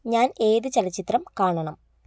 ഞാൻ ഏത് ചലച്ചിത്രം കാണണം